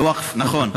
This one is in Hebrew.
הווקף, נכון.